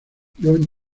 john